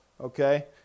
Okay